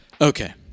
Okay